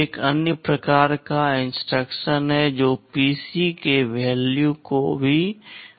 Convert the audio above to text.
एक अन्य प्रकार का इंस्ट्रक्शन है जो पीसी के वैल्यू को भी बदलता है